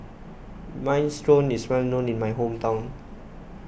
Minestrone is well known in my hometown